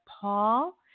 Paul